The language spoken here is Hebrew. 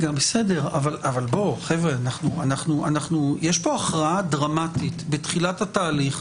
יש פה הכרעה דרמטית בתחילת התהליך,